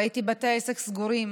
ראיתי בתי עסק סגורים